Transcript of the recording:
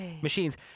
machines